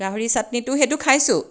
গাহৰি চাটনিটো সেইটো খাইছোঁ